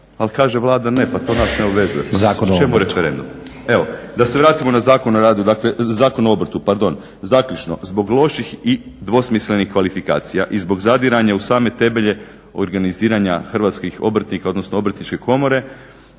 ali kaže Vlada ne, pa to nas ne obvezuje, pa čemu